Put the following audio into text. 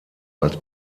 als